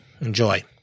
Enjoy